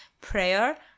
prayer